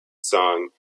song